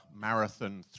marathon